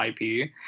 IP